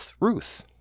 Ruth